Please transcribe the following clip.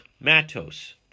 Matos